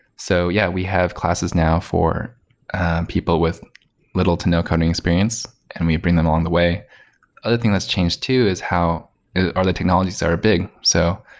so, yeah, we have classes now for people with little to no coding experience and we bring them along the way. the other thing that's changed too is how are the technologies that are big. so,